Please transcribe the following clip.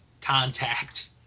Contact